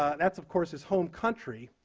ah that's, of course, his home country,